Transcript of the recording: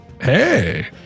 Hey